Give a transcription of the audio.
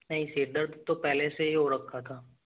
नहीं सिर दर्द तो पहले से ही हो रखा था